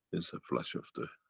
is a flesh of the,